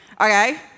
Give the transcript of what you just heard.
okay